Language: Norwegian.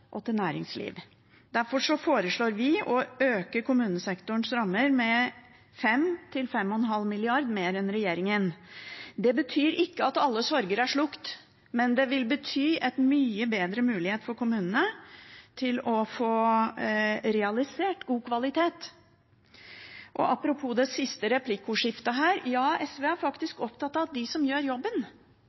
og for næringsliv. Derfor foreslår vi å øke kommunesektorens rammer med 5–5,5 mrd. kr mer enn regjeringen. Det betyr ikke at alle sorger er slukket, men det vil bety en mye bedre mulighet for kommunene til å få realisert god kvalitet. Apropos det siste replikkordskiftet her: Ja, SV er faktisk opptatt av at de som gjør jobben,